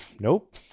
nope